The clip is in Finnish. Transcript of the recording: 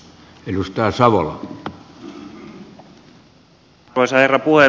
arvoisa herra puhemies